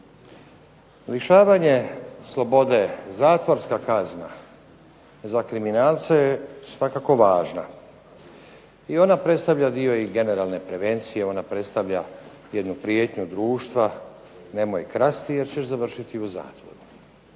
Rješavanje slobode, zatvorska kazna za kriminalce je svakako važna. I ona predstavlja dio generalne prevencije, ona predstavlja jednu prijetnju društva, nemoj krasti jer ćeš završiti u zatvoru.